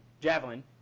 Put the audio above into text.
Javelin